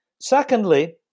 Secondly